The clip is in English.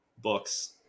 books